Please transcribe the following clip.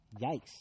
Yikes